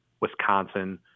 Wisconsin